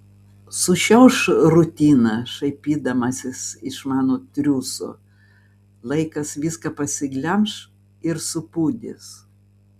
sušiauš rutiną šaipydamasis iš mano triūso laikas viską pasiglemš ir supūdys